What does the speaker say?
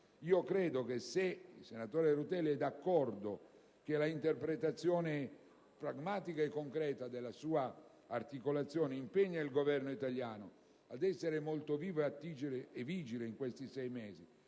di Abyei. Se il senatore Rutelli è d'accordo, credo che l'interpretazione pragmatica e concreta della sua proposta impegni il Governo italiano ad essere molto vivo e vigile in questi sei mesi,